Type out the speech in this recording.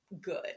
good